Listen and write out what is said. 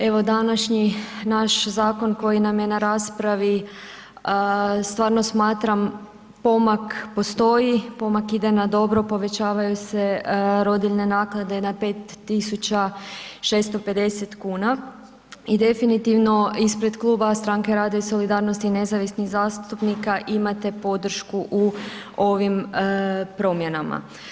Evo, današnji naš zakon koji nam je na raspravi stvarno smatram pomak postoji, pomak ide na dobro, povećavaju se rodiljne naknade na 5650 kn i definitivno ispred Kluba Stranke rada i solidarnosti i nezavisnih zastupnika imate podršku u ovim promjenama.